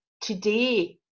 today